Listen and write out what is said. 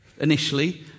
initially